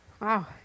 Wow